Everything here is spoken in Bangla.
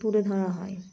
তুলে ধরা হয়